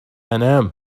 أنام